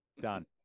done